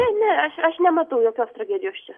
ne ne aš nematau jokios tragedijos